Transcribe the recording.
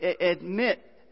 admit